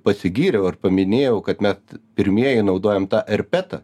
pasigyriau ar paminėjau kad mes pirmieji naudojam tą erpetą